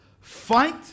fight